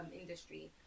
industry